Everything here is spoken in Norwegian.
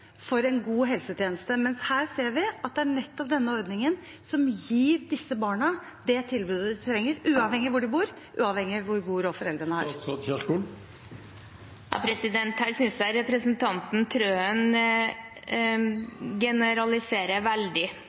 nettopp denne ordningen som gir disse barna det tilbudet de trenger – uavhengig av hvor de bor, uavhengig av hvor god råd foreldrene har. Her synes jeg representanten Trøen generaliserer veldig,